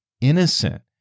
Innocent